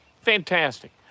Fantastic